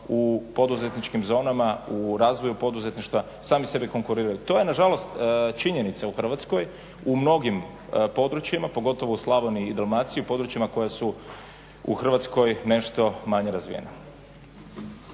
u poduzetničkim zonama, u razvoju poduzetništva sami sebi konkuriraju. To je nažalost činjenica u Hrvatskoj u mnogim područjima, pogotovo u Slavoniji i Dalmaciji, u područjima koja su u Hrvatskoj nešto manje razvijena.